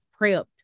prepped